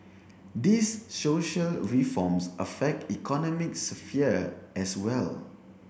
these social reforms affect the economic sphere as well